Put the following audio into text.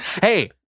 hey